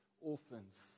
orphans